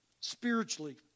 spiritually